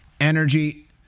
energy